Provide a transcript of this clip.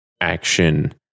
action